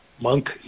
Monk